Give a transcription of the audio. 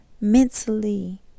mentally